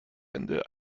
ende